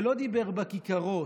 ולא דיבר בכיכרות,